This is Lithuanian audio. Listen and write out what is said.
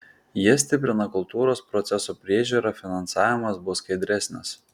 jie stiprina kultūros procesų priežiūrą finansavimas bus skaidresnis